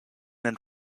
and